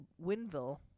Winville